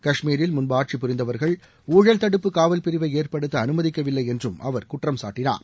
கஷ்மீரில் முன்பு ஆட்சி புரிந்தவர்கள் ஊழல் தடுப்பு காவல் பிரிவை ஏற்படுத்த அனுமதிக்கவில்லை என்றும் அவர் குற்றம் சாட்டினார்